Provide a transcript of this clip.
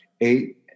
eight